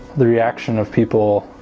the reaction of people